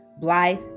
Blythe